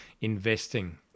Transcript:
investing